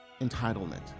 entitlement